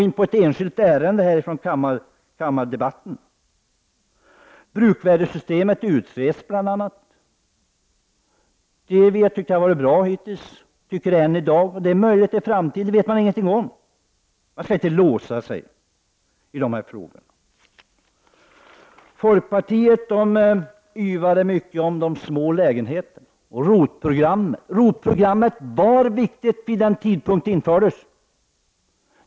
Men jag tänker inte här i kammardebatten gå in på ett enskilt ärende. Bruksvärdessystemet utreds. Vi har hittills tyckt att det har varit bra, och det tycker vi än i dag. Det är möjligt med förändringar i framtiden, det vet man ingenting om. Man skall inte låsa sig i de här frågorna. Folkpartiet yvdes mycket över de små lägenheterna och ROT-programmet. ROT-programmet var viktigt vid den tid det infördes.